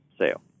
sale